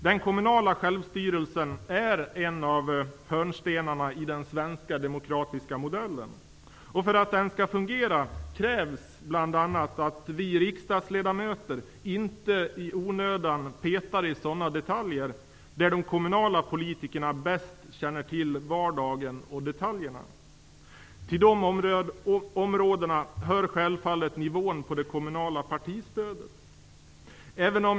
Den kommunala självstyrelsen är en av hörnstenarna i den svenska demokratiska modellen. För att den skall fungera krävs det bl.a. att vi riksdagsledamöter inte i onödan petar i detaljer på områden där de kommunala politikerna bäst känner till vardagen och detaljerna. Till de områdena hör självfallet nivån på det kommunala partistödet.